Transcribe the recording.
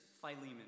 Philemon